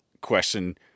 question